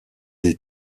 des